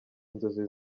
inzozi